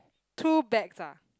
two bags ah